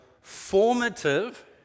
formative